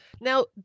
Now